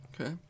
okay